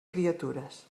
criatures